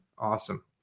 Awesome